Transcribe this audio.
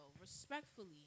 respectfully